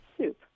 soup